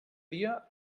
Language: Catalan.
dia